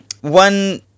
one